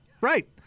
right